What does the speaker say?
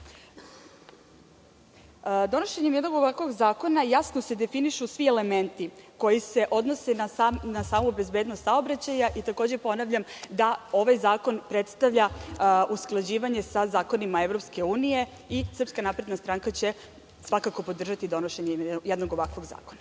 vozova. Donošenjem jednog ovakvog zakona jasno se definišu svi elementi koji se odnose na samu bezbednost saobraćaja i takođe, ponavljam da ovaj zakon predstavlja usklađivanje sa zakonima EU. Srpska napredna stranka će svakako podržati donošenje jednog ovakvog zakona.